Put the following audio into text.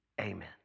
amen